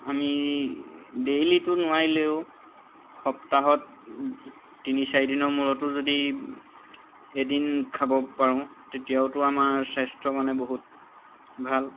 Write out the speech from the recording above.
আমি ডেইলীতো নোৱাৰিলেও সপ্তাহত তিনি চাৰিদিনৰ মূৰতো যদি এদিন খাব পাৰোঁ তেতিয়াওতো আমাৰ স্বাস্থ্যৰ কাৰণে বহুত ভাল